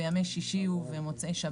בימי שישי ובמוצאי שבת.